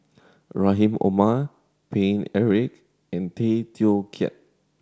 Rahim Omar Paine Eric and Tay Teow Kiat